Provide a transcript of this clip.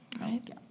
Right